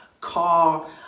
car